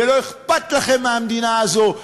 ולא אכפת לכם מהמדינה הזו.